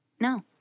No